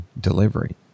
delivery